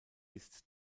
ist